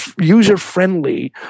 user-friendly